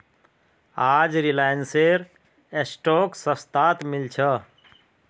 आज रिलायंसेर स्टॉक सस्तात मिल छ